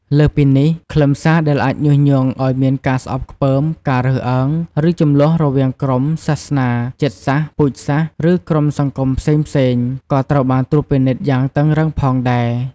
លើសពីនេះ ខ្លឹមសារដែលអាចញុះញង់ឲ្យមានការស្អប់ខ្ពើម ការរើសអើង ឬជម្លោះរវាងក្រុមសាសនា ជាតិសាសន៍ ពូជសាសន៍ ឬក្រុមសង្គមផ្សេងៗ ក៏ត្រូវបានត្រួតពិនិត្យយ៉ាងតឹងរ៉ឹងផងដែរ។